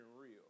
real